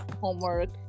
homework